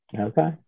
Okay